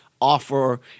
offer